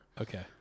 Okay